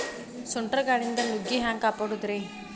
ಸುಂಟರ್ ಗಾಳಿಯಿಂದ ನುಗ್ಗಿ ಹ್ಯಾಂಗ ಕಾಪಡೊದ್ರೇ?